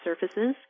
surfaces